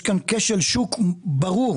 שיש כאן כשל שוק ברור.